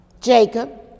Jacob